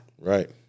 Right